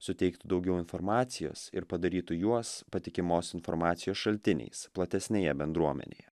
suteiktų daugiau informacijos ir padarytų juos patikimos informacijos šaltiniais platesnėje bendruomenėje